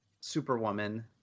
Superwoman